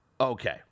okay